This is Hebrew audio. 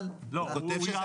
אבל אז מה יקרה?